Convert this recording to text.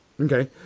Okay